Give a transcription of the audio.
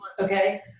okay